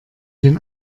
den